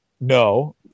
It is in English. No